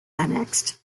annexed